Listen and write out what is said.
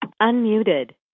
Unmuted